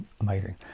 Amazing